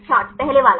छात्र पहले वाला